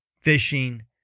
fishing